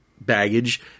baggage